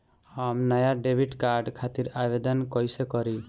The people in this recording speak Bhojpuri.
हम नया डेबिट कार्ड खातिर आवेदन कईसे करी?